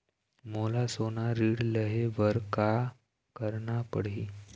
मोला सोना ऋण लहे बर का करना पड़ही?